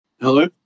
hello